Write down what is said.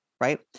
right